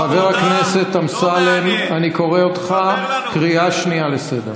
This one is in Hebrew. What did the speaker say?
חבר הכנסת אמסלם, אני קורא אותך קריאה שנייה לסדר.